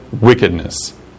wickedness